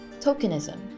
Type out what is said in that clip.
tokenism